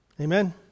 Amen